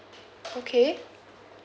okay